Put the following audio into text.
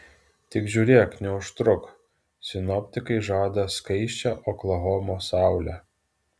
tik žiūrėk neužtruk sinoptikai žada skaisčią oklahomos saulę